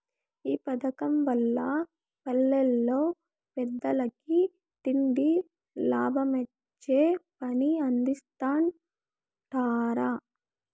ఈ పదకం వల్ల పల్లెల్ల పేదలకి తిండి, లాభమొచ్చే పని అందిస్తరట